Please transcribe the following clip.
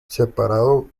separado